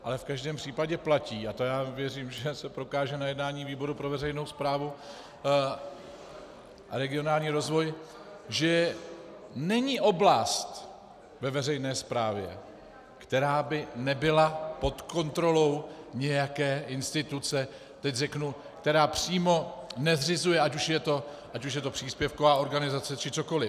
Ale v každém případě platí, a to já věřím, že se prokáže na jednání výboru pro veřejnou správu a regionální rozvoj, že není oblast ve veřejné správě, která by nebyla pod kontrolou nějaké instituce, teď řeknu, která přímo nezřizuje, ať už je to příspěvková organizace či cokoli.